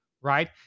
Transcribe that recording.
right